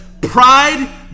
Pride